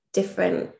different